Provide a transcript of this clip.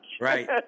Right